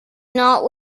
not